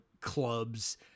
clubs